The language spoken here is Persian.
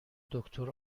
دکتر